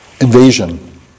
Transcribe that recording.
invasion